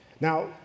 Now